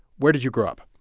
where did you grow up?